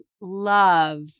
love